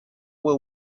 will